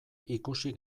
ikusi